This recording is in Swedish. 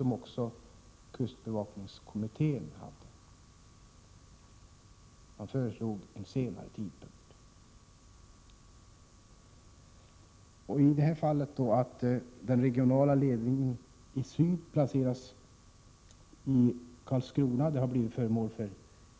Också kustbevakningskommittén föreslog en senare tidpunkt. Att den regionala ledningen i syd placeras i Karlskrona har blivit föremål för